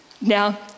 Now